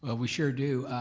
ah we sure do.